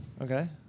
Okay